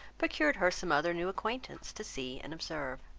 procured her some other new acquaintance to see and observe.